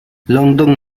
london